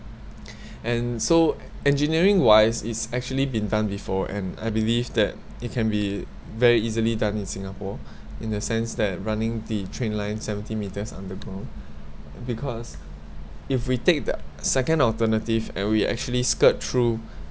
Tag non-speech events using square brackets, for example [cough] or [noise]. [breath] and so engineering wise it's actually been done before and I believe that it can be very easily done in singapore [breath] in the sense that running the train lines seventy metres underground because if we take the second alternative and we actually skirt through [breath]